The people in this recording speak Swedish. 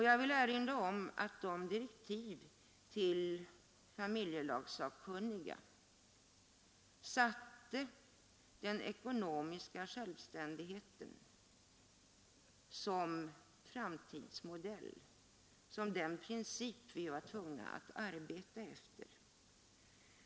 Jag vill erinra om att direktiven till familjelagssakunniga satte den ekonomiska självständigheten som den princip vi var tvungna att arbeta efter.